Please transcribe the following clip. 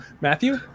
Matthew